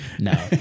No